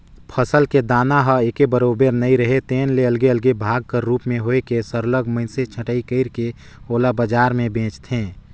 फसल के दाना ह एके बरोबर नइ राहय तेन ले अलगे अलगे भाग कर रूप में होए के सरलग मइनसे छंटई कइर के ओला बजार में बेंचथें